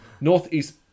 Northeast